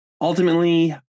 ultimately